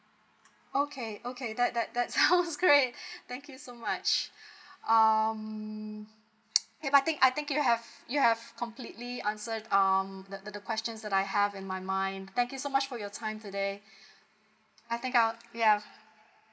okay okay that that that sounds great thank you so much um I think I think you have you have completely answered um the the questions that I have in my mind thank you so much for your time today I think I'll yeah